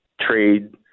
trade